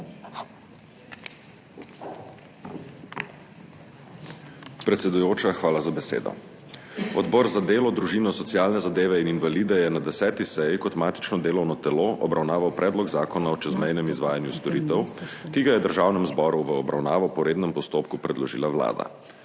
hvala za besedo.